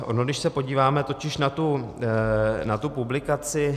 Ono když se podíváme totiž na tu publikaci